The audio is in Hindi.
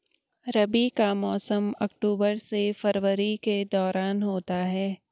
रबी का मौसम अक्टूबर से फरवरी के दौरान होता है